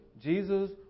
Jesus